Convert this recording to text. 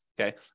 okay